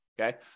Okay